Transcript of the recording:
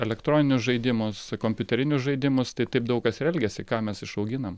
elektroninius žaidimus kompiuterinius žaidimus tai taip daug kas ir elgiasi ką mes išauginam